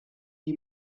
die